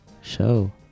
show